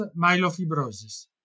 myelofibrosis